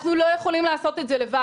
אנחנו לא יכולים לעשות את זה לבד.